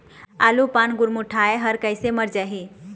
आलू पान गुरमुटाए हर कइसे मर जाही?